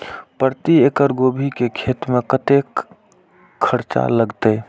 प्रति एकड़ गोभी के खेत में कतेक खर्चा लगते?